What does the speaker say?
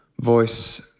voice